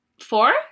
four